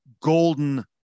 golden